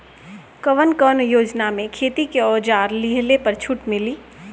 कवन कवन योजना मै खेती के औजार लिहले पर छुट मिली?